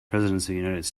presidents